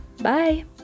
Bye